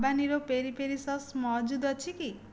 habanero peri peri sauce ମହଜୁଦ ଅଛି କି